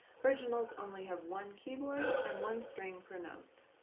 virginals only have one keyboard and one string per note.